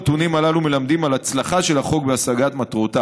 הנתונים הללו מלמדים על הצלחה של החוק בהשגת מטרותיו.